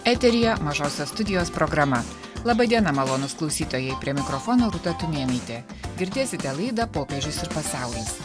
eteryje mažosios studijos programa laba diena malonūs klausytojai prie mikrofono rūta tumėnaitė girdėsite laidą popiežius ir pasaulis